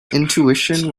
intuition